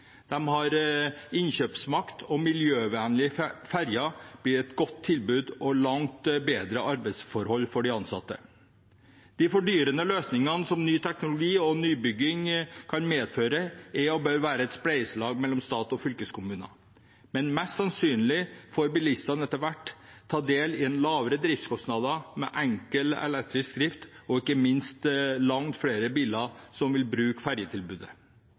har innkjøpsmakt, og miljøvennlige ferger gir et godt tilbud og langt bedre arbeidsforhold for de ansatte. De fordyrende løsningene som ny teknologi og nybygging kan medføre, er og bør være et spleiselag mellom stat og fylkeskommuner. Men mest sannsynlig får bilistene etter hvert ta del i lavere driftskostnader med enkel elektrisk drift, og ikke minst vil langt flere biler